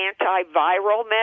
antiviral